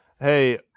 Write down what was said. hey